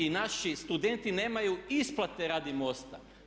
I naši studenti nemaju isplate radi MOST-a.